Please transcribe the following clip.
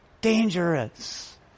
dangerous